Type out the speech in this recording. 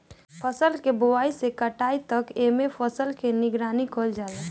फसल के बोआई से लेके कटाई तकले एमे फसल के निगरानी कईल जाला